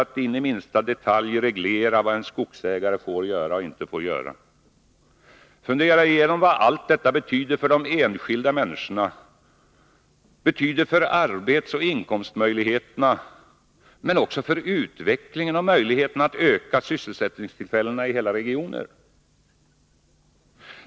att in i minsta detalj reglera vad en skogsägare får göra och inte göra — betyder för de enskilda människorna, för arbetsoch inkomstmöjligheterna men också för utvecklingen och möjligheterna att öka sysselsättningstillfällena i hela regioner.